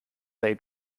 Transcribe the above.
they